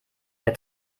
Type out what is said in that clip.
der